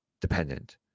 Dependent